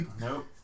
Nope